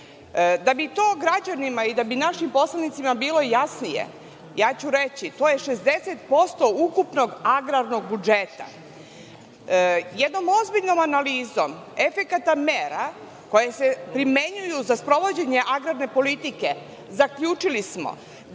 Da bi to građanima i poslanicima bilo jasnije, reći ću to je 60% ukupnog agrarnog budžeta. Jednom ozbiljnom analizom efekata mera koje se primenjuju za sprovođenje agrarne politike, zaključili smo da